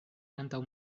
antaŭ